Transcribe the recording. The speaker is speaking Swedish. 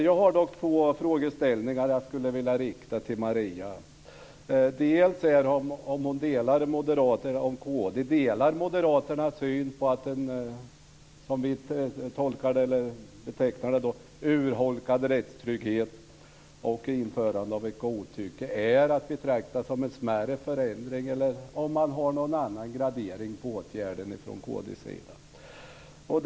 Jag har dock två frågor som jag skulle vilja rikta till Maria. Delar kd moderaternas syn, som vi tolkar den, att en urholkad rättstrygghet och införande av ett godtycke är att betrakta som en mindre förändring? Eller har man någon annan gradering på åtgärden från kd:s sida?